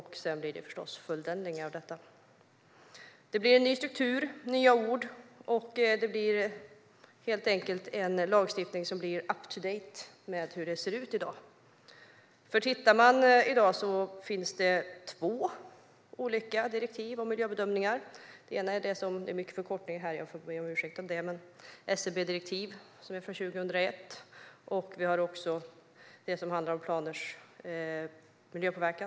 Sedan blir det förstås följdändringar av det. Det blir en ny struktur och nya ord. Det blir helt enkelt en lagstiftning som är up to date i förhållande till hur det ser ut i dag. I dag finns det två direktiv om miljöbedömningar. Det ena är - jag ber om ursäkt för att det är mycket förkortningar här - SMB-direktivet, som är från 2001 och som handlar om planers miljöpåverkan.